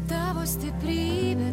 tavo stiprybė